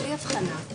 בלי הבחנה?